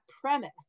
premise